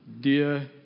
Dear